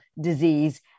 disease